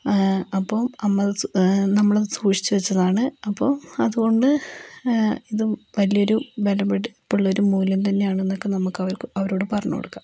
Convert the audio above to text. അപ്പോൾ നമ്മളത് സൂക്ഷിച്ചു വച്ചതാണ് അപ്പോൾ അതുകൊണ്ട് ഇതും വലിയൊരു വിലപിടിപ്പുള്ളൊരു മൂല്യം തന്നെയാണ് എന്നൊക്കെ നമുക്ക് അവരോട് പറഞ്ഞു കൊടുക്കാം